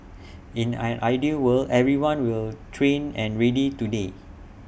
in an ideal world everyone will trained and ready today